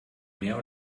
mehr